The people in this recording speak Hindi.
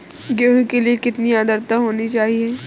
गेहूँ के लिए कितनी आद्रता होनी चाहिए?